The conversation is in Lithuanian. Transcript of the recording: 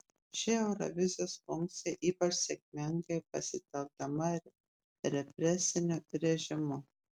ši eurovizijos funkcija ypač sėkmingai pasitelkiama represinių režimų